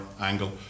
angle